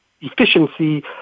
efficiency